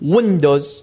Windows